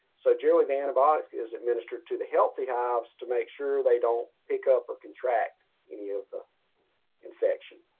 so generally, the antibiotics is administered to the healthy hives to make sure they don't pick up or contract any of the infection.